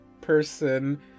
person